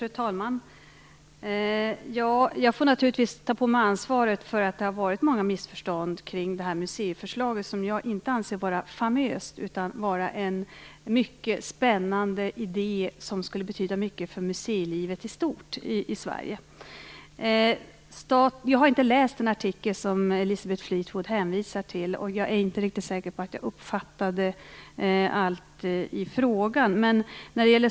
Fru talman! Jag får naturligtvis ta på mig ansvaret för att det har varit många missförstånd kring det här museiförslaget - som jag anser inte vara famöst utan vara en mycket spännande idé, som skulle betyda mycket för museilivet i stort i Sverige. Jag har inte läst den artikel som Elisabeth Fleetwood hänvisar till, och jag är inte säker på att jag uppfattade allt i frågan.